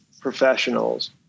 professionals